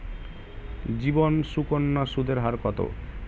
জীবন সুকন্যা সুদের হার কত?